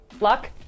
Luck